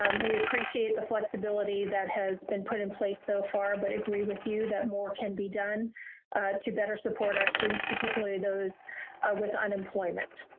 um we appreciate the flexibility that has been put in place so far, but i agree with you that more can be done to better support our students, particularly those with unemployment.